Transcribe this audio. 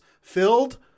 filled